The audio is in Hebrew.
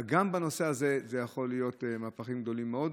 וגם בנושא הזה יכולים להיות מהפכים גדולים מאוד.